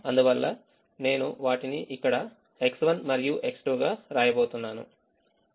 అందువల్ల నేను వాటిని ఇక్కడ X1 మరియు X2 గా వ్రాయబోతున్నాను